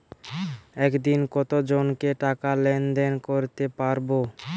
একদিন কত জনকে টাকা লেনদেন করতে পারবো?